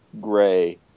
gray